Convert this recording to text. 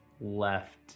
left